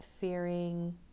fearing